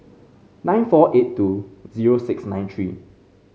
nine four eight two zero six nine three